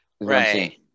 Right